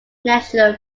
national